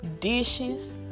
dishes